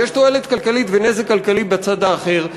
ויש תועלת כלכלית ונזק כלכלי בצד האחר,